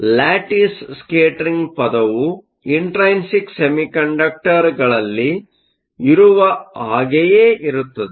lattice scattering ಪದವು intrinsic ಸೆಮಿಕಂಡಕ್ಟರ್ಗಳಲ್ಲಿ ಇರುವ ಹಾಗೆಯೇ ಇರುತ್ತದೆ